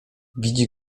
widzi